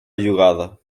llogada